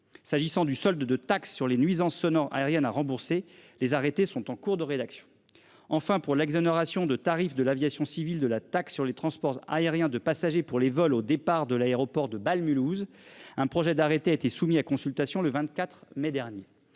S'agissant du solde de taxe sur les nuisances sonores aériennes à rembourser les arrêtés sont en cours de rédaction. Enfin pour l'exonération de tarifs de l'aviation civile de la taxe sur les transports aériens de passagers pour les vols au départ de l'aéroport de Bâle-, Mulhouse, un projet d'arrêté a été soumis à consultation le 24 mai dernier.